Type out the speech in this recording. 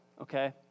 okay